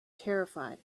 terrified